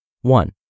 One